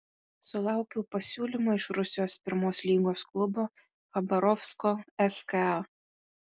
sulaukiau pasiūlymo iš rusijos pirmos lygos klubo chabarovsko ska